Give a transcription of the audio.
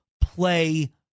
play